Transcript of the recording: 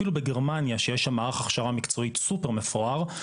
אפילו בגרמניה שיש שם אח הכשרה מקצועית ספר מפואר,